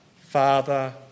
Father